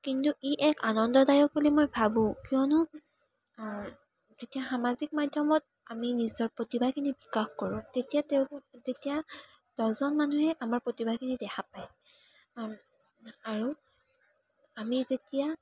কিন্তু ই এক আনন্দদায়ক বুলি মই ভাবোঁ কিয়নো এতিয়া সামাজিক মাধ্যমত আমি নিজৰ প্ৰতিভাখিনি বিকাশ কৰোঁ তেতিয়া তেওঁ তেতিয়া দহজন মানুহে আমাৰ প্ৰতিভাখিনি দেখা পায় আৰু আমি যেতিয়া